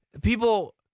people